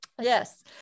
Yes